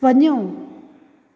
वञो